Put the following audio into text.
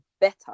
better